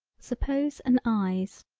suppose an eyes.